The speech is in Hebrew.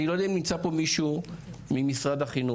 אני לא יודע אם נמצא פה מישהו ממשרד החינוך,